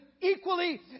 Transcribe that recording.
equally